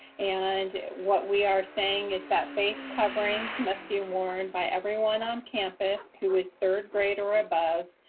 and what we are saying is that face coverings must be worn by everyone on campus who is third grade or above,